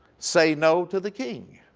say no to the king.